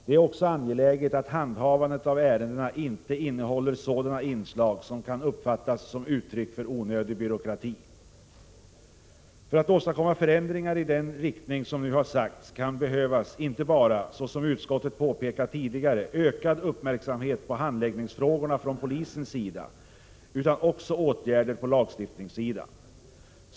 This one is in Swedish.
Det är också angeläget att handhavandet av ärendena inte innehåller sådana inslag som kan uppfattas som uttryck för onödig byråkrati. För att åstadkomma förändringar i den riktning som nu har sagts kan behövas inte bara, såsom utskottet påpekat tidigare, ökad uppmärksamhet på handläggningsfrågorna från polisens sida, utan också åtgärder på lagstiftningssidan.